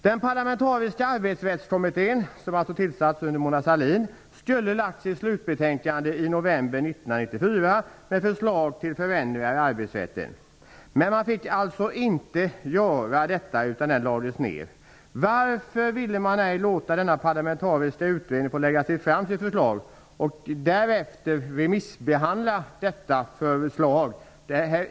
Den parlamentariska arbetsrättskommittén, som alltså tillsattes under Mona Sahlin, skulle ha lagt fram sitt slutbetänkande i november 1994 med förslag till förändringar i arbetsrätten. Men man fick inte göra detta, utan kommittén lades ned. Varför ville man ej låta denna parlamentariska utredning få lägga fram sitt förslag, som därefter kunde ha remissbehandlats?